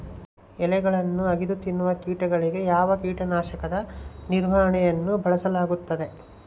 ಎಲೆಗಳನ್ನು ಅಗಿದು ತಿನ್ನುವ ಕೇಟಗಳಿಗೆ ಯಾವ ಕೇಟನಾಶಕದ ನಿರ್ವಹಣೆಯನ್ನು ಬಳಸಲಾಗುತ್ತದೆ?